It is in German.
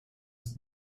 ist